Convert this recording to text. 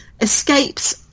escapes